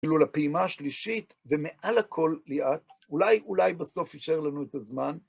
אפילו לפעימה השלישית, ומעל הכל ליאת, אולי, אולי בסוף יישאר לנו את הזמן,